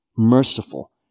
merciful